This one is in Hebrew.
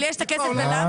אבל יש את הכסף ל-ל'?